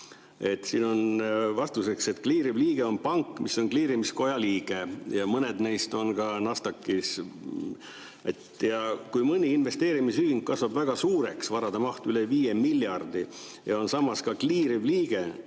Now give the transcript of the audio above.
Siin on vastuseks öeldud, et kliiriv liige on pank, mis on kliirimiskoja liige, ja mõned neist on ka Nasdaqis. Kui mõni investeerimisühing kasvab väga suureks – varade maht üle 5 miljardi – ja ta on ka kliiriv liige,